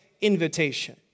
invitation